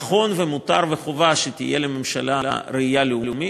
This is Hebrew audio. נכון ומותר וחובה שתהיה לממשלה ראייה לאומית,